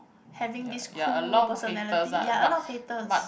having this cool personality ya a lot of haters